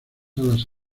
alas